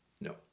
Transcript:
no